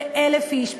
ב-1,000 איש,